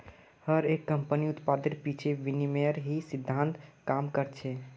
हर एक कम्पनीर उत्पादेर पीछे विनिमयेर ही सिद्धान्त काम कर छे